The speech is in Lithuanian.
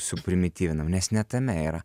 suprimityvinam nes ne tame yra